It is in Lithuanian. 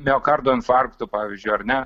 miokardo infarktu pavyzdžiui ar ne